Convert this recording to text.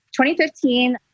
2015